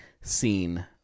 seen